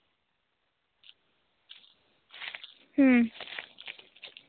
ᱦᱩᱸ